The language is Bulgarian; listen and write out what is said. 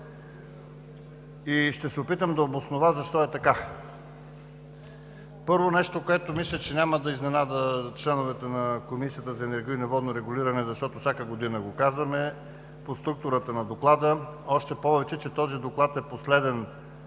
и ще се опитам да обоснова защо е така. Първо, нещо, което мисля, че няма да изненада членовете на Комисията за енергийно и водно регулиране, защото всяка година го казваме, по структурата на Доклада. Още повече, че този доклад е последен